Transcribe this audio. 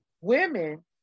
women